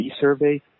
survey